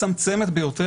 מצמצמת ביותר,